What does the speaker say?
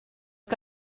que